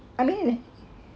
I mean